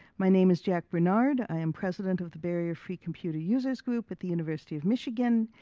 my name is jack bernard, i am president of the barrier free computer users group at the university of michigan,